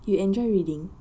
you enjoy reading